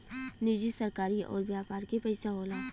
निजी सरकारी अउर व्यापार के पइसा होला